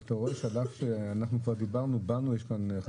אתה רואה שאנחנו כבר דיברנו ובכל זאת באנו.